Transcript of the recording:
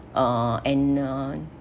uh and uh